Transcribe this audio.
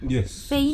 yes